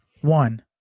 One